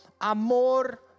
amor